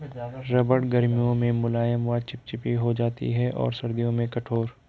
रबड़ गर्मियों में मुलायम व चिपचिपी हो जाती है और सर्दियों में कठोर